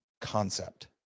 concept